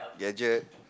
gadget